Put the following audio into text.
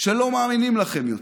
שלא מאמינים לכם יותר.